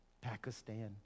Pakistan